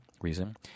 reason